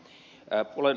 olen ed